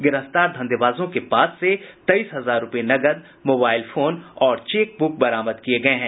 गिरफ्तार धंधेबाजों के पास से तेईस हजार रुपये नकद मोबाइल फोन और चेकबुक बरामद किये गये हैं